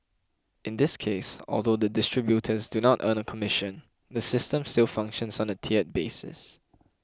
in this case although the distributors do not earn a commission the system still functions on a tiered basis